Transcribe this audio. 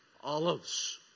Olives